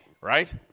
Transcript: Right